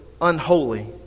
unholy